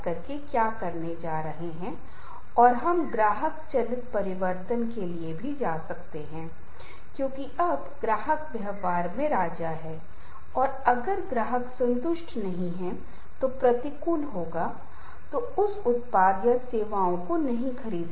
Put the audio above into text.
इस प्रक्रिया में यह महत्वपूर्ण है कि हमें अपने संबंधों के बारे में बहुत जागरूक होना चाहिए अगर आप वास्तव में चाहते हैं कि जो भी संबंध हमारे पास है वह लंबे समय तक जारी रहे और अधिक समस्या न हो तो मैं उल्लेख करना चाहुगा की हमें बहुत सतर्क रहना होगा जिसे हमें समय समय पर बनाए रखने की कोशिश करनी चाहिए